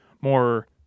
more